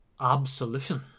absolution